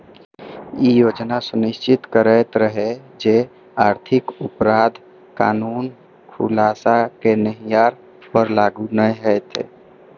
ई योजना सुनिश्चित करैत रहै जे आर्थिक अपराध कानून खुलासा केनिहार पर लागू नै हेतै